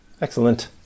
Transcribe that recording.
excellent